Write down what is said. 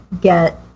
get